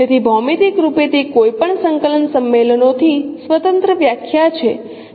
તેથી ભૌમિતિક રૂપે તે કોઈપણ સંકલન સંમેલનોથી સ્વતંત્ર વ્યાખ્યા છે